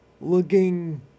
looking